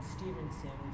Stevenson